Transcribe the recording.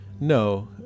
No